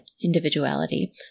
individuality